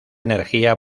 energía